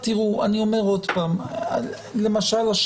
למשל,